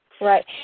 Right